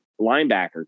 linebacker